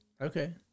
Okay